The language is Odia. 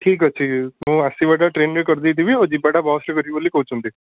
ଠିକ୍ ଅଛି ମୁଁ ଆସିବାଟା ଟ୍ରେନ୍ରେ କରି ଦେଇଥିବି ଆଉ ଯିବାଟା ବସ୍ରେ କରିବି ବୋଲି କହୁଛନ୍ତି